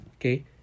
okay